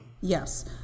Yes